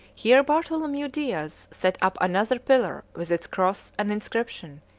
here bartholomew diaz set up another pillar with its cross and inscription,